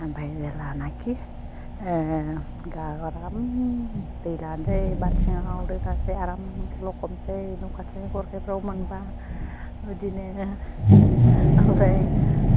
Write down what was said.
ओमफ्राय जेलानाखि ओह आराम दै लासै बाल्टिंआव रोगासै आराम लखबसै न' खाथिनि गरखाइफ्राव मोनबा बिदिनो ओमफ्राय